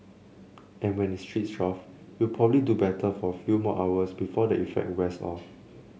and when its switched off you'll probably do better for a few more hours before the effect wears off